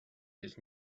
his